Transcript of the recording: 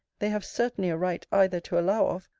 they have certainly a right either to allow of,